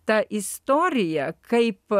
ta istorija kaip